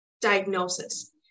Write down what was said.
diagnosis